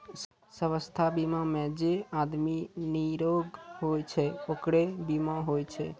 स्वास्थ बीमा मे जे आदमी निरोग होय छै ओकरे बीमा होय छै